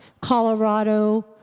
Colorado